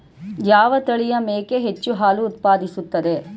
ಯಾವ ತಳಿಯ ಮೇಕೆ ಹೆಚ್ಚು ಹಾಲು ಉತ್ಪಾದಿಸುತ್ತದೆ?